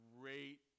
great